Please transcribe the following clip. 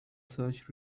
search